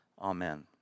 Amen